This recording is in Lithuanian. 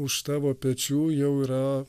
už tavo pečių jau yra